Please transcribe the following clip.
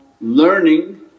learning